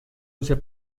once